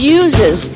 uses